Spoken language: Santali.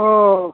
ᱚᱸᱻ